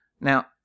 Now